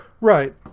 Right